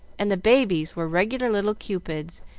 and the babies were regular little cupids,